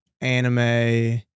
anime